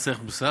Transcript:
מס ערך מוסף,